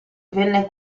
venne